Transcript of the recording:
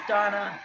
Donna